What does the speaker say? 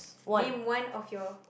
name one of your